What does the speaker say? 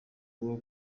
bwo